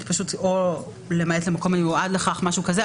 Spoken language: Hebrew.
או להגיד "למעט מקום מיועד לכך" או משהו כזה.